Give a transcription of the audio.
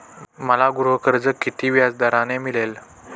मला गृहकर्ज किती व्याजदराने मिळेल?